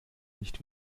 nicht